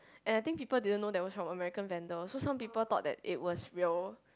and I think people didn't know that some America branded so some people thought that it was real